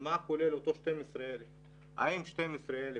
מה כוללים אותם 12,000. האם 12,000